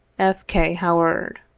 f. k. howaed.